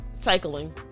Cycling